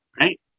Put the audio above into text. Right